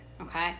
okay